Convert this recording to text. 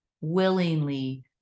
willingly